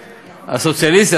הסוציאליסטים,